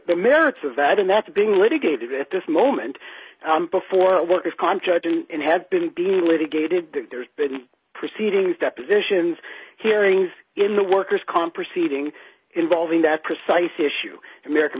the merits of that and that's being litigated at this moment before work is contracted and has been being litigated there's been proceedings depositions hearings in the worker's comp proceeding involving that precise issue american